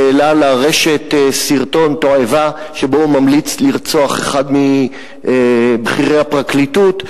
שהעלה לרשת סרטון תועבה שבו הוא ממליץ לרצוח אחד מבכירי הפרקליטות.